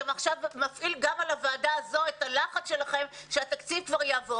אתה עכשיו מפעיל גם על הוועדה הזאת את הלחץ שלכם שהתקציב כבר יעבור.